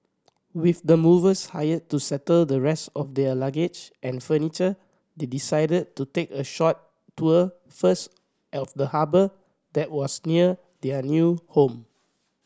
with the movers hired to settle the rest of their luggage and furniture they decided to take a short tour first of the harbour that was near their new home